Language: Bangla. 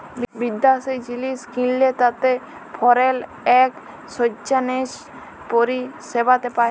বিদ্যাশি জিলিস কিললে তাতে ফরেল একসচ্যানেজ পরিসেবাতে পায়